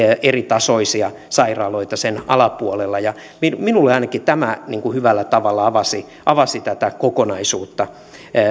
eritasoisia sairaaloita sen alapuolella ainakin minulle tämä hyvällä tavalla avasi avasi tätä kokonaisuutta